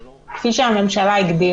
יפה.